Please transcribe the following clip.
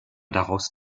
daraus